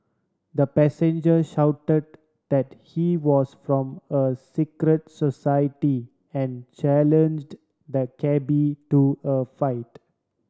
the passenger shouted that he was from a secret society and challenged the cabby to a fight